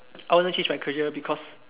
I want to change my career because